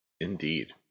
Indeed